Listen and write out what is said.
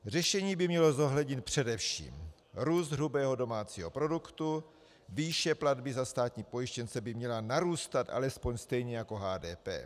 Řešení by mělo zohlednit především růst hrubého domácího produktu, výše platby za státní pojištěnce by měla narůstat alespoň stejně jako HDP.